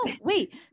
Wait